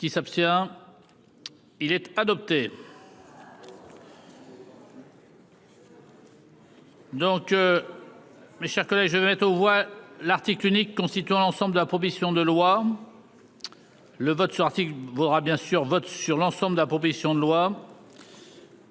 Qui s'abstient. Il est adopté. Donc. Mes chers collègues, je mets aux voix l'article unique constituant l'ensemble de la proposition de loi. Le vote sortie qui voudra bien sûr vote sur l'ensemble de la proposition de loi.